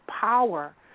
power